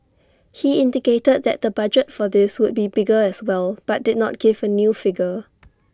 he indicated that the budget for this would be bigger as well but did not give A new figure